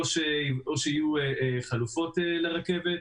או שיהיו חלופות לרכבת.